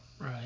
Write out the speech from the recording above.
Right